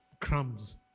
crumbs